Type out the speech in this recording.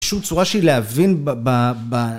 איזושהי צורה של להבין ב...